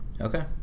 Okay